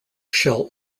shell